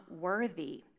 worthy